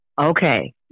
Okay